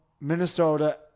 Minnesota